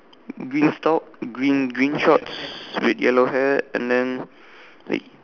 greens top green green shorts with yellow hair and then with